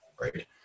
right